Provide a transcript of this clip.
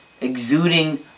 exuding